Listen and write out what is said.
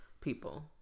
people